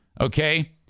Okay